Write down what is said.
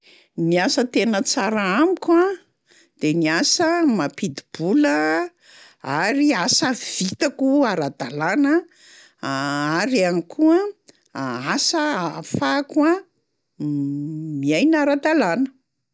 Ny asa tena tsara amiko a de ny asa mampidi-bola ary asa vitako ara-dalàna ary ihany koa a- asa ahafahako a miaina ara-dalàna.